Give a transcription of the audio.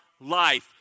life